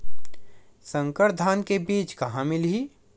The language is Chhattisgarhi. संकर धान के बीज कहां मिलही?